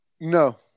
No